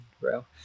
bro